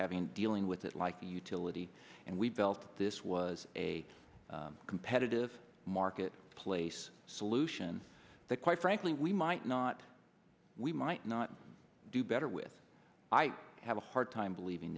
having dealing with it like a utility and we've built this was a competitive market place solution that quite frankly we might not we might not do better with i have a hard time believing